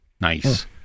Nice